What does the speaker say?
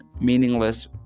meaningless